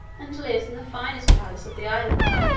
and lives in the finest palace of the island